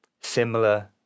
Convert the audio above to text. similar